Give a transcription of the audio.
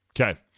Okay